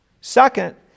Second